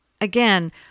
Again